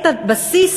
את הבסיס